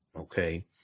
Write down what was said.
Okay